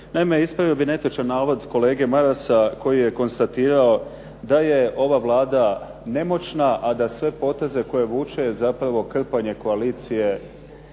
Naime, ispravio bih netočan navod kolege Marasa koji je konstatirao da je ova Vlada nemoćna a da sve poteze koje vuče je zapravo krpanje koalicije